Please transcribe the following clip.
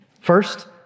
First